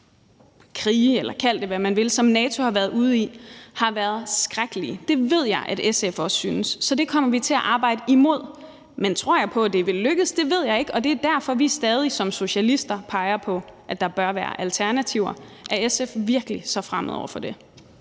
krige – man kan kalde det, hvad man vil – som NATO har været ude i, har været skrækkelige. Det ved jeg at SF også synes. Så det kommer vi til at arbejde imod. Men tror jeg på, at det vil lykkes? Det ved jeg ikke om jeg gør, og det er derfor, vi som socialister stadig peger på, at der bør være alternativer. Er SF virkelig så fremmed over for det?